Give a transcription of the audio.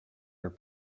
were